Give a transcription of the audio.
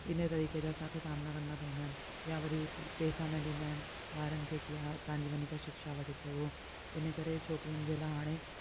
इन तरीक़े जा असांखे सामना करणा पवंदा आहिनि या वरी पेसा न ॾींदा आहिनि ॿारनि खे की हा की तव्हां वञी करे शिक्षा वठी सघो इन करे छोकिरियुन जे लाइ हाणे